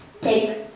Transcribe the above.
take